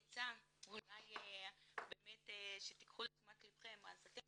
עצה, אולי באמת שתיקחו לתשומת לבכם, אתם